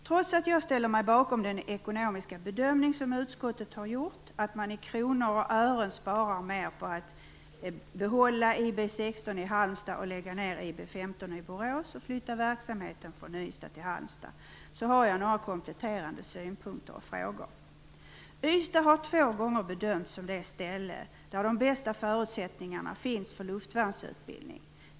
Trots att jag ställer mig bakom den ekonomiska bedömning som utskottet har gjort - att man i kronor och ören sparar mera på att behålla IB 16 i Halmstad och lägga ned IB 15 i Borås och därmed flytta verksamheten från Ystad till Halmstad - har jag några kompletterande synpunkter och frågor. Ystad har två gånger bedömts vara det ställe där de bästa förutsättningarna för luftvärnsutbildning finns.